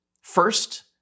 First